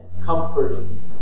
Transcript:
comforting